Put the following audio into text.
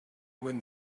when